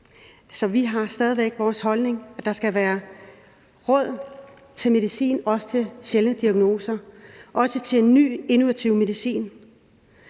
så vi har stadig væk vores holdning: Der skal være råd til medicin, også til sjældne diagnoser og også til ny innovativ medicin.